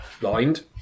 blind